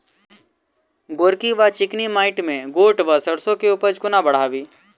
गोरकी वा चिकनी मैंट मे गोट वा सैरसो केँ उपज कोना बढ़ाबी?